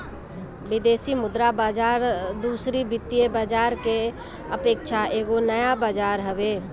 विदेशी मुद्रा बाजार दूसरी वित्तीय बाजार के अपेक्षा एगो नया बाजार हवे